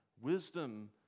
Wisdom